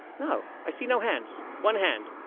no. i see no hands. one hand.